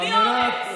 אריה בלי אומץ.